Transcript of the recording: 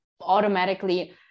automatically